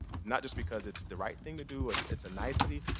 not just because it's the right thing to do, it's it's a nicety,